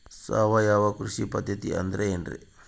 ಸಾವಯವ ಕೃಷಿ ಪದ್ಧತಿ ಅಂದ್ರೆ ಏನ್ರಿ?